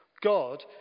God